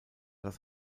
das